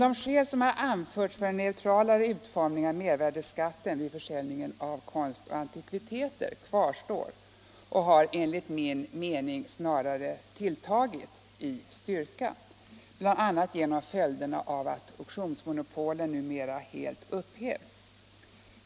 De skäl som anförts för en neutralare utformning av mervärdeskatten vid försäljning av konst och antikviteter kvarstår och har enligt min mening ytterligare tilltagit i styrka, bl.a. genom följderna av att auktionsmonopolen numera helt upphävts.